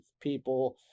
people